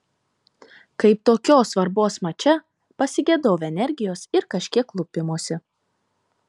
kaip tokios svarbos mače pasigedau energijos ir kažkiek lupimosi